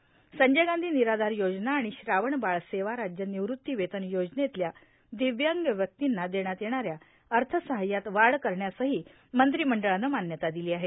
संजय गांधी निराधार योजना आणि श्रावणबाळ सेवा राज्य निवृत्तीवेतन योजनेतल्या दिव्यांग व्यक्तींना देण्यात येणाऱ्या अर्थसहाय्यात वाढ करण्यासही मंत्रिमंडळानं मान्यता दिली आहे